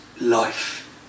life